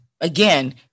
again